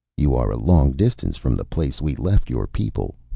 you are a long distance from the place we left your people,